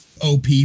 op